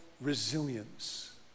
resilience